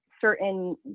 certain